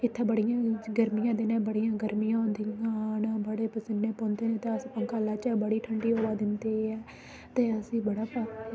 इत्थें बड़ियां गर्मियें दिनें बड़ियां गर्मियां होंदियां न बड़े परसीनें पौंदे न तां अस पंखा लाचै बड़ी ठंडी हवा दिंदे ते असेंगी बड़ा